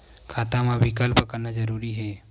खाता मा विकल्प करना जरूरी है?